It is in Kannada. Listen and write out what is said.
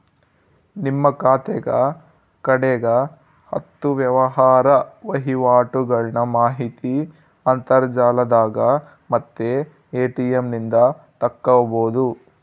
ನಿಮ್ಮ ಖಾತೆಗ ಕಡೆಗ ಹತ್ತು ವ್ಯವಹಾರ ವಹಿವಾಟುಗಳ್ನ ಮಾಹಿತಿ ಅಂತರ್ಜಾಲದಾಗ ಮತ್ತೆ ಎ.ಟಿ.ಎಂ ನಿಂದ ತಕ್ಕಬೊದು